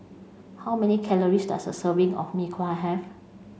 how many calories does a serving of mee kuah have